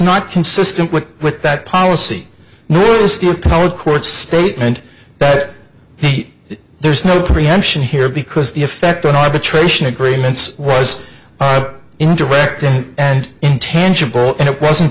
not consistent with with that policy code court statement that he there's no preemption here because the effect on arbitration agreements was indirect and intangible and it wasn't